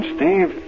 Steve